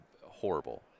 horrible